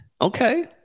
Okay